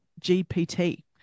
GPT